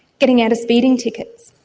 getting out of speeding tickets.